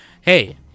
hey